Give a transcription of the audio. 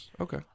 Okay